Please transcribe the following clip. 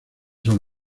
son